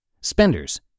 Spenders